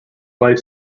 life